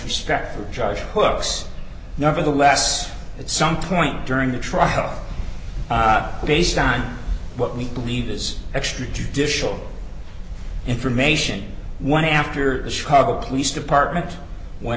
respect for josh hooks nevertheless at some point during the trial based on what we believe is extrajudicial information one after the chicago police department went